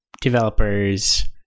developers